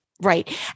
Right